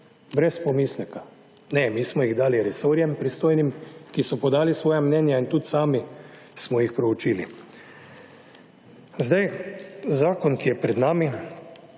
Brez pomisleka. Ne, mi smo jih dali resorjem, pristojnim, ki so podali svoja mnenja in tudi sami smo jih preučili. Zdaj, zakon, ki je pred nami,